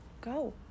Go